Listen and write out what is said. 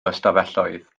ystafelloedd